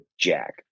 jack